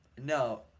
No